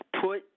put